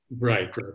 Right